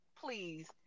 Please